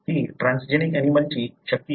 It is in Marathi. ती ट्रान्सजेनिक ऍनिमलंची शक्ती आहे